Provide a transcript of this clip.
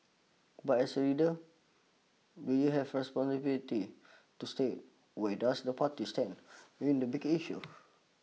but as a leader do you have responsibility to state where does the party stand the big issues